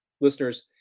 listeners